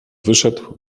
wyszedł